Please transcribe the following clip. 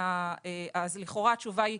אז לכאורה התשובה היא